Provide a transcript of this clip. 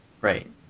Right